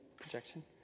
projection